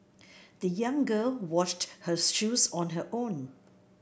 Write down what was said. the young girl washed her shoes on her own